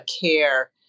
care